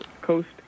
Coast